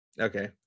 Okay